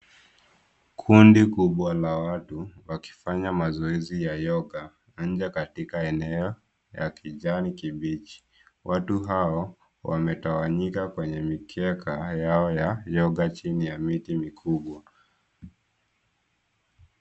Kundi kubwa la watu, wakifanya mazoezi ya yoga nje katika eneo ya kijani kibichi. Watu hao wametawanyika kwenye mikeka yao ya yoga chini ya miti mikubwa.